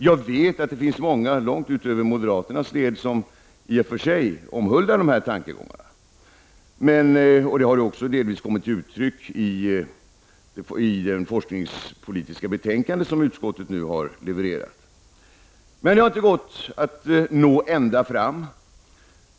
Jag vet att det finns många långt utöver moderaternas led som i och för sig omhuldar dessa tankegångar. Det har också delvis kommit till uttryck i det forskningspolitiska betänkande som utskottet nu har lagt fram. Det har dock inte gått att nå ända fram.